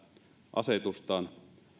asetustaan